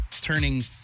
Turning